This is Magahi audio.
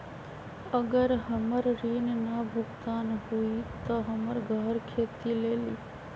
अगर हमर ऋण न भुगतान हुई त हमर घर खेती लेली?